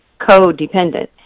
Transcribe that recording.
codependent